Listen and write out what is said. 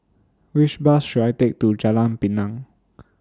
Which Bus should I Take to Jalan Pinang